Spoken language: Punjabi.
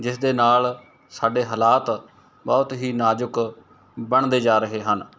ਜਿਸ ਦੇ ਨਾਲ ਸਾਡੇ ਹਾਲਾਤ ਬਹੁਤ ਹੀ ਨਾਜੁਕ ਬਣਦੇ ਜਾ ਰਹੇ ਹਨ